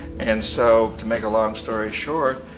and so, to make a long story short,